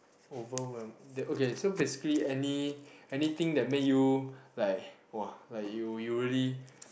overwhelm th~ okay so basically any~ anything that made you like !wah! like you you really